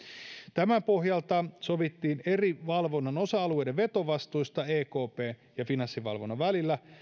tämän pohjalta sovittiin valvonnan eri osa alueiden vetovastuista ekpn ja finanssivalvonnan välillä